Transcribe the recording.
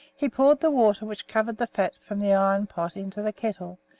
he poured the water which covered the fat from the iron pot into the kettle,